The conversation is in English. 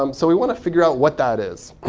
um so we want to figure out what that is.